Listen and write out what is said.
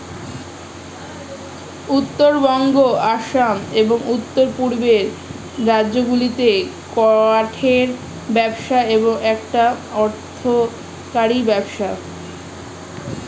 উত্তরবঙ্গ, আসাম, এবং উওর পূর্বের রাজ্যগুলিতে কাঠের ব্যবসা একটা অর্থকরী ব্যবসা